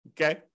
okay